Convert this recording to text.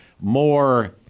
more